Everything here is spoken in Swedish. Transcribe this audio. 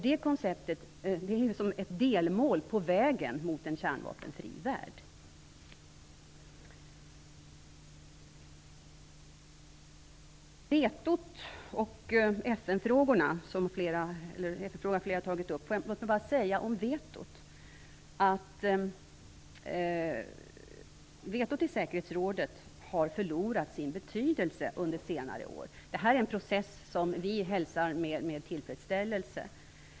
Det är ett delmål på vägen mot en kärnvapenfri värld. Flera har tagit upp detta med vetot och FN frågorna. Låt mig säga att vetot i säkerhetsrådet har förlorat sin betydelse under senare år. Det är en process som vi hälsar med tillfredsställelse.